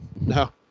no